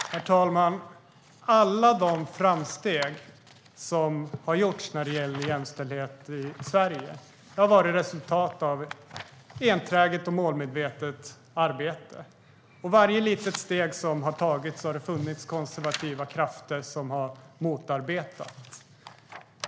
Herr talman! Alla de framsteg som har gjorts när det gäller jämställdhet i Sverige har varit resultat av enträget och målmedvetet arbete. Varje litet steg som har tagits har motarbetats av konservativa krafter.